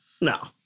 No